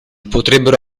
potrebbero